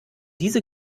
diese